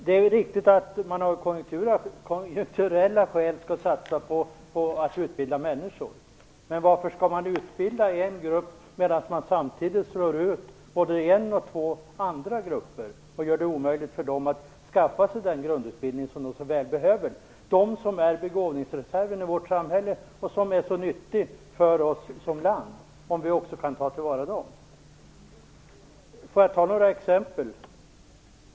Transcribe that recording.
Det är riktigt att man av konjunkturella skäl skall satsa på att utbilda människor, men varför skall man utbilda en grupp så att man samtidigt slår ut både en och två andra grupper och gör det omöjligt för dem att skaffa sig den grundutbildning som de så väl behöver? Det är de som är begåvningsreserven i vårt samhälle, och det är nyttigt för vårt land om vi kan ta till vara dem. Låt mig ta några exempel.